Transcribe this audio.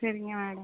சரிங்க மேடம்